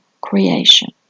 creation